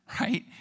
right